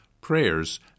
prayers